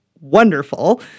wonderful